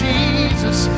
Jesus